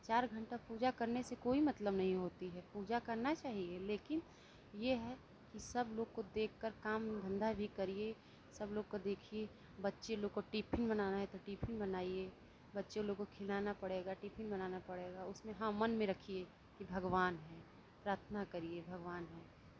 चार घंटा पूजा करने से कोई मतलब नहीं होती है पूजा करना चाहिए लेकिन ये है कि सब लोग को देखकर काम धंधा भी करिये सब लोग को देखिये बच्चे लोग टिफिन बनाना है तो टिफिन बनाइये बच्चों लोग को खिलाना पड़ेगा टिफिन बनाना पड़ेगा उसमे हाँ मन में रखिये कि भगवान हैं प्राथना करिये भगवान हैं